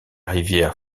rivière